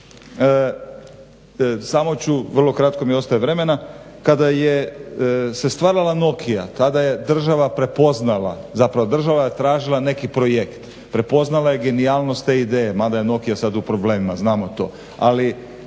Samo ću, vrlo kratko mi je ostaje vremena, kada je, se stvarala Nokia tada je država prepoznala, zapravo država je tražila neki projekt, prepoznala je genijalnost te ideje, makar je Nokia sad u problemima znamo to, ali